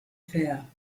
fair